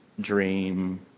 dream